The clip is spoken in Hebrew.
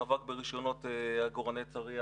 מאבק ברישיונות עגורני צריח,